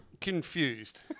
confused